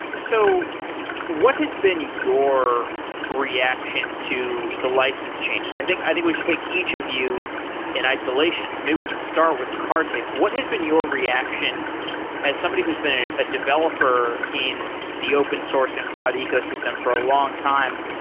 so what has been your reaction to the license changes? i think i think we should take each of you in isolations. maybe we can start with karthik. what has been your reaction as somebody who's been ah a developer in the open source and cloud ecosystem for a long time?